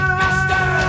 master